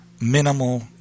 minimal